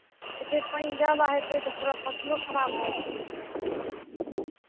एते पानि ज्यादा हेतै तऽ पूरा फसलो खराब भऽ जेतै